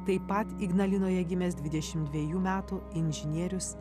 taip pat ignalinoje gimęs dvidešim dviejų metų inžinierius